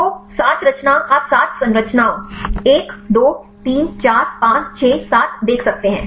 तो 7 रचना आप सात संरचनाओं 1 2 3 4 5 6 7 देख सकते हैं